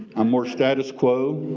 i'm more status quo